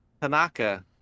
tanaka